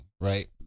right